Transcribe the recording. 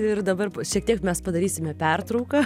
ir dabar šiek tiek mes padarysime pertrauką